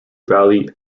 valley